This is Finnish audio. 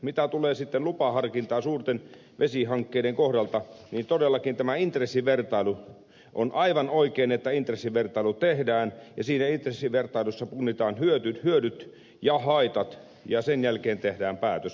mitä tulee sitten lupaharkintaan suurten vesihankkeiden kohdalla niin on todellakin aivan oikein että intressivertailu tehdään ja siinä punnitaan hyödyt ja haitat ja sen jälkeen tehdään päätös